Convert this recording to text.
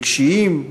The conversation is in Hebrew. רגשיים,